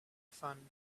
fun